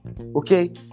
Okay